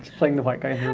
playing the white guy. um.